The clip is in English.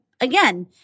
Again